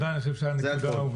זה הכול.